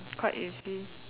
quite easy